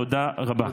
תודה רבה.